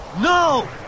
No